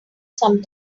some